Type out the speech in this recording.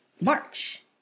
March